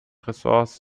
ressorts